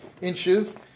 inches